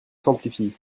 s’amplifie